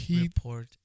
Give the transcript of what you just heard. report